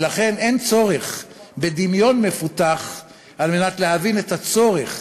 ולכן אין צורך בדמיון מפותח על מנת להבין את הצורך